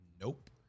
Nope